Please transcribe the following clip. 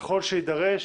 ככל שיידרש